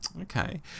Okay